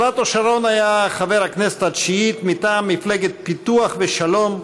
פלאטו שרון היה חבר הכנסת התשיעית מטעם מפלגת פיתוח ושלום,